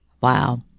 Wow